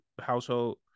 household